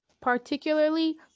particularly